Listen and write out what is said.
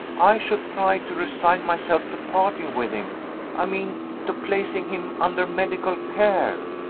i should try to resign myself to parting with him i mean to placing him under medical care.